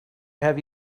have